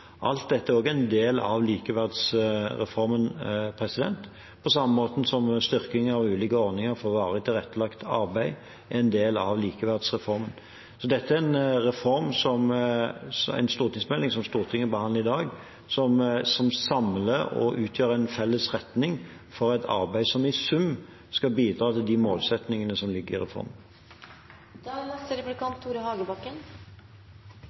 alt sammen er en del av likeverdsreformen – på samme måte som styrking av ulike ordninger for varig tilrettelagt arbeid er en del av likeverdsreformen. Så dette er en stortingsmelding som Stortinget behandler i dag, og som samler og utgjør en felles retning for et arbeid som i sum skal bidra til de motsetningene som ligger i reformen. Jeg er